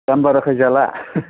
दाम बाराखाय जाला